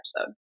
episode